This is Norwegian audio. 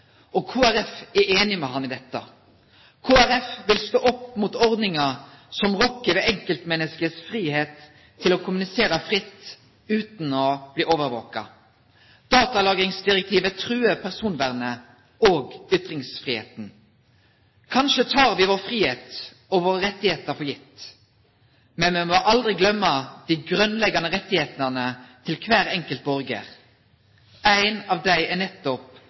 Kristelig Folkeparti er enig med ham i dette. Kristelig Folkeparti vil stå opp mot ordninger som rokker ved enkeltmenneskers frihet til å kommunisere fritt, uten å bli overvåket. Datalagringsdirektivet truer personvernet og ytringsfriheten. Kanskje tar vi vår frihet og våre rettigheter for gitt, men vi må aldri glemme de grunnleggende rettighetene til hver enkelt borger. Én av dem er nettopp